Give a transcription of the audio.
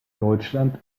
deutschland